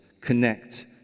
connect